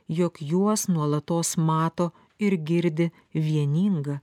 jog juos nuolatos mato ir girdi vieninga